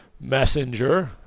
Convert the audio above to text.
Messenger